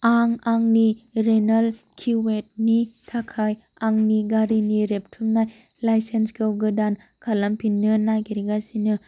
आं आंनि रिनिउवेल किउएडनि थाखाय आंनि गारिनि रेबथुमनाय लाइसेन्सखौ गोदान खालामफिननो नागिरगासिनो